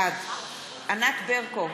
בעד ענת ברקו,